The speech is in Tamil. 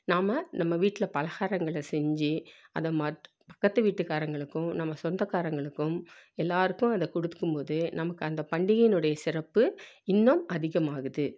நாம் நம்ம வீட்டில் பலகாரங்களை செஞ்சு அதை மட் பக்கத்து வீட்டுக்காரர்களுக்கும் நம்ம சொந்தக்காரர்களுக்கும் எல்லாேருக்கும் அதை கொடுக்கும்போது நமக்கு அந்த பண்டிகையினுடைய சிறப்பு இன்னும் அதிகமாகுது